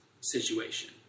situation